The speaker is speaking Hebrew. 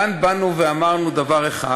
כאן באנו ואמרנו דבר אחד,